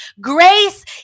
Grace